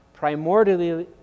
primordially